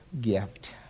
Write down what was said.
gift